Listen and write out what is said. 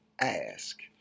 ask